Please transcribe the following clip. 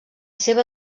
seva